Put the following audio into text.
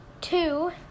Two